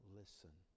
listen